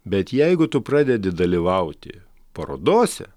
bet jeigu tu pradedi dalyvauti parodose